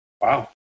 wow